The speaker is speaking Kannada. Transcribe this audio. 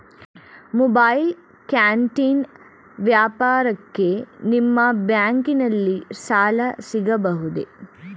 ಮೊಬೈಲ್ ಕ್ಯಾಂಟೀನ್ ವ್ಯಾಪಾರಕ್ಕೆ ನಿಮ್ಮ ಬ್ಯಾಂಕಿನಲ್ಲಿ ಸಾಲ ಸಿಗಬಹುದೇ?